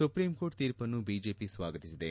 supreme court ತೀರ್ಪನ್ನು BJP ಸ್ವಾಗತಿಸಿದೆ